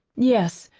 yes.